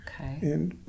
Okay